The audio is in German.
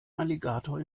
alligator